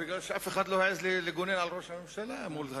כי אף אחד לא העז לגונן על ראש הממשלה מול התקפותיו.